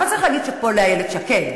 אבל צריך להגיד שאפו לאיילת שקד,